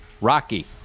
Rocky